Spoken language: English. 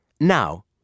Now